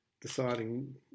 deciding